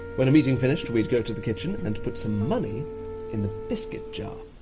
when a meeting finished, we'd go to the kitchen and put some money in the biscuit jar,